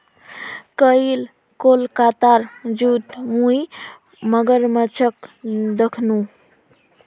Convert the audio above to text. कईल कोलकातार जूत मुई मगरमच्छ दखनू